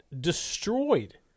destroyed